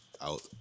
out